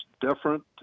different